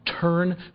turn